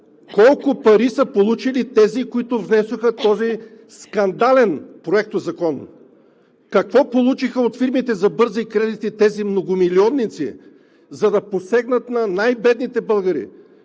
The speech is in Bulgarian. Колко пари са получили тези, които внесоха този скандален законопроект? Какво получиха от фирмите за бързи кредити тези многомилионници, за да посегнат на най бедните българи?